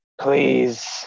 please